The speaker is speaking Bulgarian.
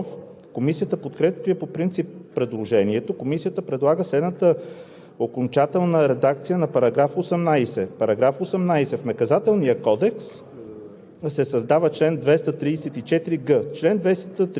По оспорените текстове има направени предложения от народните представители Иглика Иванова-Събева, Станислав Попов, Станислав Иванов, Павел Христов и Димитър Петров. Комисията подкрепя по принцип предложението по § 18. Комисията предлага следната